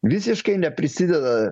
visiškai neprisideda